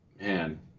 Man